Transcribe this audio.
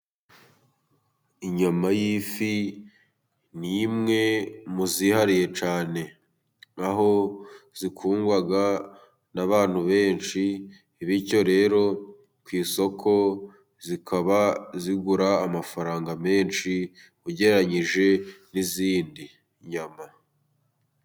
Inyama y'ifi ni imwe mu zihariye cyane，aho zikundwa n'abantu benshi， bityo rero， ku isoko zikaba zigura amafaranga menshi，ugereranyije n'izindi nyama.